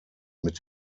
mit